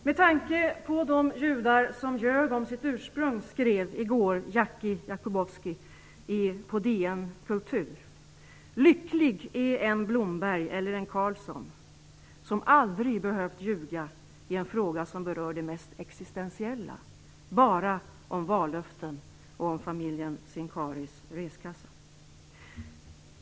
Med tanke på de judar som ljög om sitt ursprung skrev i går Jackie Jakubowski i DN Kultur: "Lycklig är en Blomberg eller en Carlsson som aldrig behövt ljuga i en fråga som berör det mest existentiella - bara om vallöften och om familjen Sincaris reskassa."